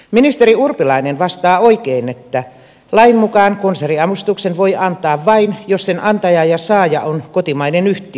ministeri urpilainen vastaa oikein että lain mukaan konserniavustuksen voi antaa vain jos sen antaja ja saaja on kotimainen yhtiö